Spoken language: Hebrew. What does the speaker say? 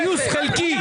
גיוס חלקי.